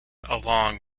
along